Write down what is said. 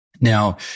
Now